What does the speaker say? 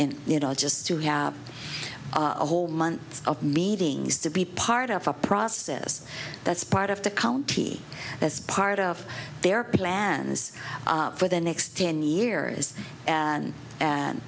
and you know just to have a whole month of meetings to be part of a process that's part of the county as part of their plans for the next ten years and an